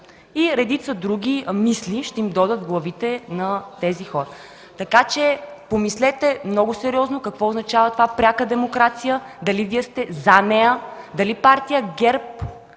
И редица други мисли ще им дойдат в главите на тези хора. Така че пак помислете много сериозно какво означава пряка демокрация – дали Вие сте „за” нея? Дали Партия